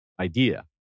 idea